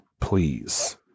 please